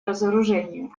разоружению